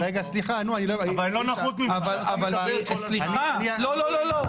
אבל אני לא נחות ממך --- לא נחות